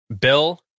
Bill